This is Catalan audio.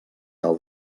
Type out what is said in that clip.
del